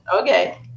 Okay